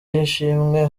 y’ishimwe